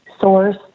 source